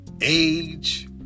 age